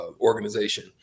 organization